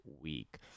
week